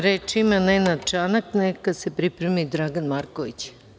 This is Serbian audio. Reč ima Nenad Čanak, neka se pripremi Dragan Marković.